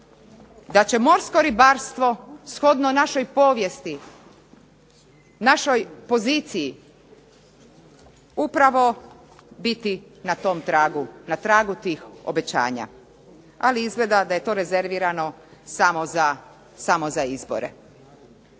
Da će morsko ribarstvo, shodno našoj povijesti, našoj poziciji upravo biti na tom tragu. Na tragu tih obećanja. Ali izgleda da je to rezervirano samo za izbore.